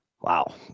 Wow